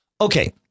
Okay